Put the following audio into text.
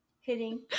Hitting